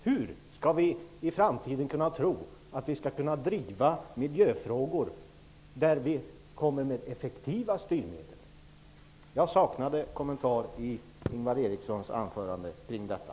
Hur skall vi då kunna tro att vi i framtiden kommer att kunna driva miljöfrågor och införa effektiva styrmedel? Jag saknade i Ingvar Erikssons anförande en kommentar kring detta.